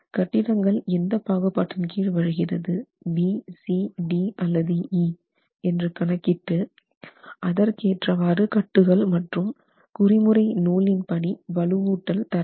கட்டிடங்கள் எந்த பாகுபாட்டின் கீழ் வருகிறது BCD அல்லது E என்று கணக்கிட்டு அதற்கு ஏற்றவாறு கட்டுகள் மற்றும் குறிமுறை நூலின் படி வலுவூட்டல் தர வேண்டும்